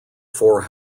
four